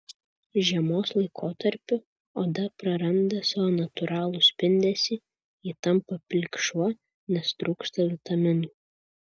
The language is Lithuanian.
žiemos laikotarpiu oda praranda savo natūralų spindesį ji tampa pilkšva nes trūksta vitaminų